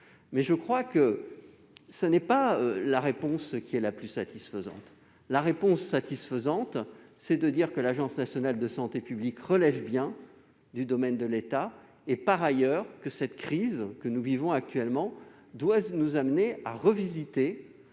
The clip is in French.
je crois que ce n'est pas la réponse la plus satisfaisante. Pour nous, la réponse satisfaisante, c'est de dire que l'Agence nationale de santé publique relève bien du domaine de l'État. Par ailleurs, la crise que nous vivons actuellement doit nous amener à revisiter